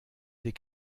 des